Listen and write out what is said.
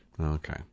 Okay